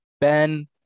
Ben